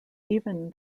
even